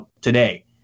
today